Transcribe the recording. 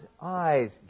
eyes